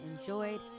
enjoyed